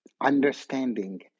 understanding